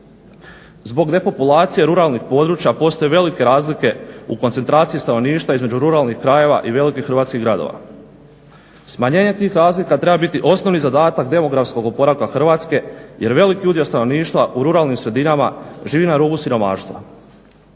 Zbog depopulacije ruralnih područja postoje velike razlike u koncentraciji stanovništva između ruralnih krajeva i velikih hrvatskih gradova. Smanjenje tih razlika treba biti osnovni zadatak demografskog oporavka Hrvatske jer veliki udio stanovništva u ruralnim sredinama živi na rubu siromaštva,